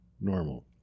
normal